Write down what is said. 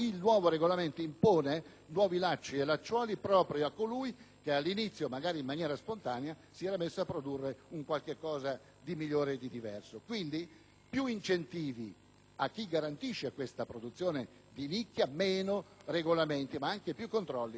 nuovi lacci e lacciuoli proprio a colui che all'inizio, magari in maniera spontanea, aveva iniziato a produrre qualcosa di migliore e di diverso. Quindi, auspico più incentivi a chi garantisce questa produzione di nicchia, meno regolamenti, ma anche più controlli per chi cerca di taroccare.